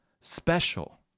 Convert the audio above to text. special